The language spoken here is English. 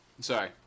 sorry